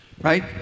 right